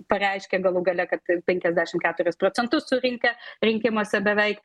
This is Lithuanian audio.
pareiškė galų gale kad penkiasdešim keturis procentus surinkę rinkimuose beveik